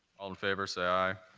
all in favor say aye.